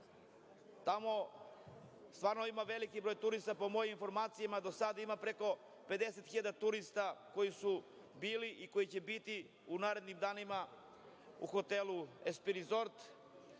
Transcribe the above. tamo stvarno ima veliki broj turista, po mojoj informaciji do sada ima preko 50.000 turista koji su bili i koji će biti u narednim danima u hotelu „SP Resort“,